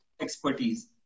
expertise